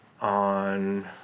on